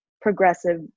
progressive